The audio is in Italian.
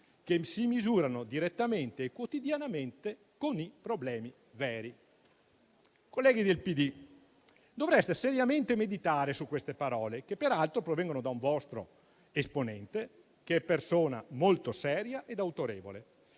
che si misurano direttamente e quotidianamente con i problemi veri». Colleghi del PD, dovreste seriamente meditare su queste parole, che peraltro provengono da un vostro esponente, persona molto seria ed autorevole,